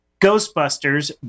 Ghostbusters